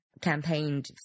campaigned